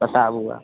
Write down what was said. ऐसा हुआ